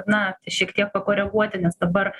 na šiek tiek pakoreguoti nes dabar